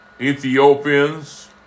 Ethiopians